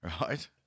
right